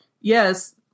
yes